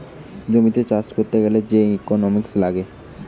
জমিতে চাষ করতে গ্যালে যে ইকোনোমিক্স লাগে